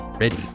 ready